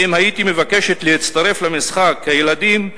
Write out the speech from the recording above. ואם הייתי מבקשת להצטרף למשחק הילדים,